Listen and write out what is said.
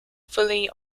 fully